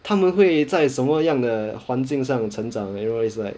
他们会在什么样的环境上成长 you know it's like